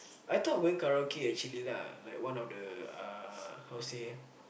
I thought going karaoke actually lah like one of the uh how say